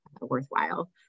worthwhile